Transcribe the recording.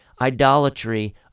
Idolatry